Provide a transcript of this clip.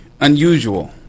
unusual